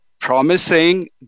promising